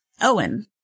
Owen